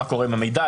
מה קורה עם המידע,